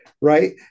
right